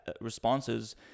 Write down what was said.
responses